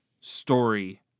story